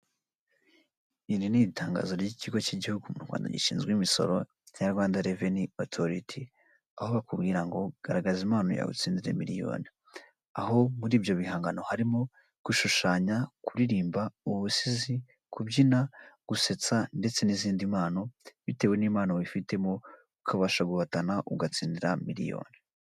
Iri n'itangazo ry'ikigo cy'igihugu m'u Rwanda gishinzwe imisoro cya Rwanda revenu otoriti, aho bakubwira ngo garagaza impano yawe utsindize miliyoni. Aho muri ibyo bihangano harimo gushushanya, kuririmba, ubusizi, kubyina, gusetsa ndetse n'izindi mpano bitewe n'impano wifitemo ukabasha guhatana ugatsindira miliyoni.